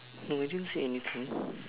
no I didn't say anything